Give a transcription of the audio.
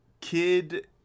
Kid